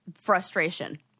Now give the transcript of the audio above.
frustration